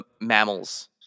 mammals